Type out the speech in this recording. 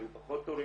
היו פחות תורים.